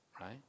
right